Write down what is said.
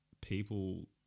people